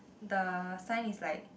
the sign is like